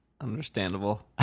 Understandable